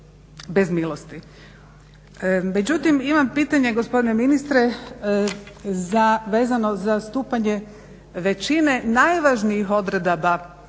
bez milosti. Međutim imam pitanje gospdoine ministre vezano za stupanje većine najvažnijih odredaba